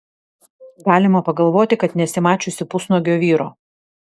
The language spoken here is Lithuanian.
galima pagalvoti kad nesi mačiusi pusnuogio vyro